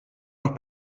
noch